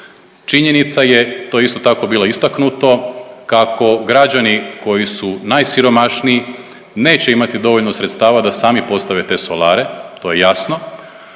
Činjenica je to je isto tako bilo istaknuto kako građani koji su najsiromašniji neće imati dovoljno sredstava da sami postave te solare, to je jasno.